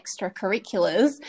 extracurriculars